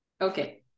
Okay